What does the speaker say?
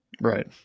Right